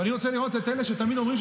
ואני רוצה לראות את אלה שתמיד אומרים,